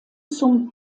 zum